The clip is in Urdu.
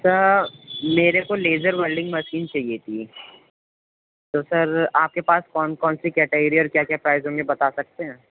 سر میرے کو لیزر ویلڈنگ مشین چاہیے تھی تو سر آپ کے پاس کون کون سی کٹیگریز اور کیا کیا پرائز ہوں گے بتا سکتے ہیں